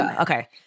okay